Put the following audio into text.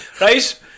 Right